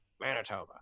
Manitoba